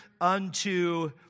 unto